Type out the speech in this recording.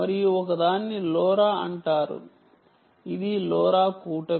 మరియు ఒకదాన్ని లోరా అంటారు ఇది లోరా కూటమి